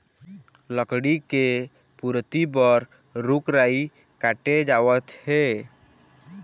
लकड़ी के पूरति बर रूख राई काटे जावत हे